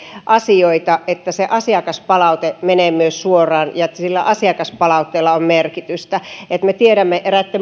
asioita että se asiakaspalaute menee myös suoraan ja sillä asiakaspalautteella on merkitystä me tiedämme eräistä